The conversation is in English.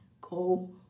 go